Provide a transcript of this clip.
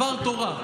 דבר תורה,